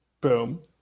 Boom